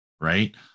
right